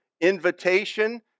invitation